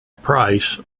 price